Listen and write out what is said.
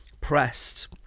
pressed